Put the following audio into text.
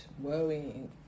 worrying